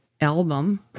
album